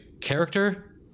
character